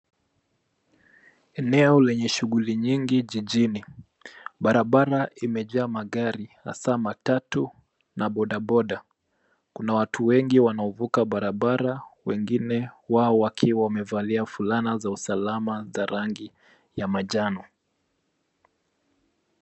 Eneo lenye shughuli nyingi jijini. Barabara imejaa magari hasa matatu na bodaboda. Kuna watu wengi wanaovuka barabara wengine wao wakiwa wamevalia fulana za usalama za rangi ya manjano.